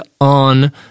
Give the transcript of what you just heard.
on